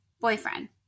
boyfriend